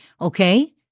Okay